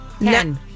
None